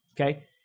okay